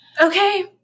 Okay